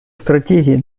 стратегий